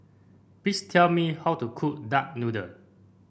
please tell me how to cook Duck Noodle